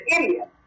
idiot